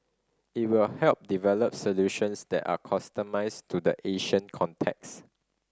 it will help develop solutions that are customised to the Asian context